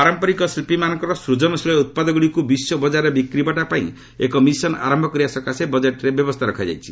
ପାରମ୍ପରିକ ଶିଳ୍ପୀମାନଙ୍କର ସୂଜନଶୀଳ ଉତ୍ପାଦଗୁଡ଼ିକୁ ବିଶ୍ୱବଜାରରେ ବିକ୍ରିବଟା ପାଇଁ ଏକ ମିଶନ୍ ଆରମ୍ଭ କରିବା ସକାଶେ ବଜେଟ୍ରେ ବ୍ୟବସ୍ଥା ରଖାଯାଇଛି